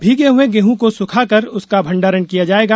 भीगे हए गेहूं को सूखाकर उसका भण्डारण किया जायेगा